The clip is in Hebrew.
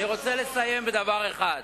אני רוצה לסיים בדבר אחר,